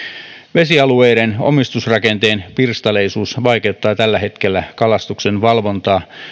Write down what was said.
vesialueiden omistusrakenteen pirstaleisuus vaikeuttaa tällä hetkellä kalastuksen valvontaa